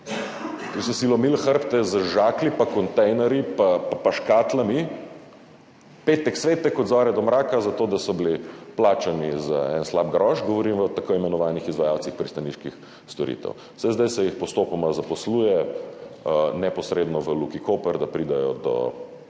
ki so si lomili hrbte z žaklji pa kontejnerji pa škatlami, petek, svetek, od zore do mraka zato, da so bili plačani za en slab groš, govorim o tako imenovanih izvajalcih pristaniških storitev. Zdaj se jih postopoma zaposluje neposredno v Luki Koper, da pridejo do